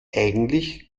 eigentlich